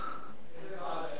איזו ועדה?